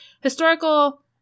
historical